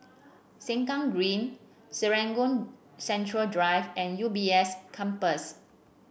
Sengkang Green Serangoon Central Drive and U B S Campus